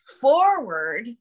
forward